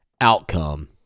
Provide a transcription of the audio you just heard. outcome